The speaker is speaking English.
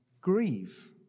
Grieve